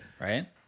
right